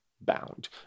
bound